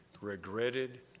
regretted